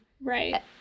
right